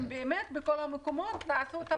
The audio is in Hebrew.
אם באמת בכל המקומות עשו את הפריסה.